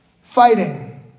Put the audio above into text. fighting